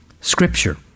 scripture